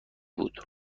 بود